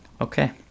Okay